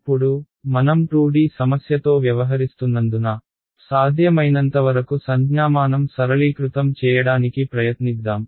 ఇప్పుడు మనం 2D సమస్యతో వ్యవహరిస్తున్నందున సాధ్యమైనంతవరకు సంజ్ఞామానం సరళీకృతం చేయడానికి ప్రయత్నిద్దాం